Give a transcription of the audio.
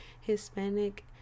hispanic